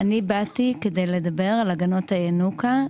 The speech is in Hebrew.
באתי כדי לדבר על הגנות הינוקא,